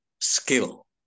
skill